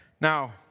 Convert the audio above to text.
Now